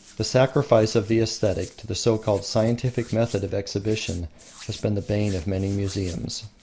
the sacrifice of the aesthetic to the so-called scientific method of exhibition has been the bane of many museums.